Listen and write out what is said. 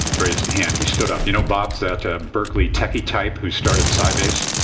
raised a hand. he stood up. you know, bob's that ah berkeley techie type who started sybase.